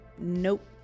nope